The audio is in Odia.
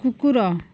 କୁକୁର